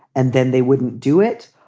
and then they wouldn't do it?